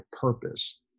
purpose